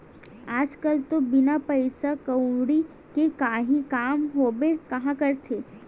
आज कल तो बिना पइसा कउड़ी के काहीं काम होबे काँहा करथे